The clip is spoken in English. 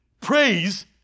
Praise